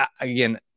Again